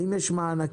האם יש מענקים,